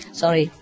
sorry